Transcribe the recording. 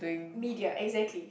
media exactly